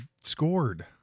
scored